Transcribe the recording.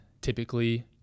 typically